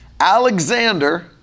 Alexander